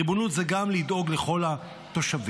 ריבונות זה גם לדאוג לכל התושבים,